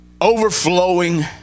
overflowing